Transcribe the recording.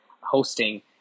hosting